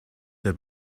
der